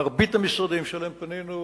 מרבית המשרדים שאליהם פנינו,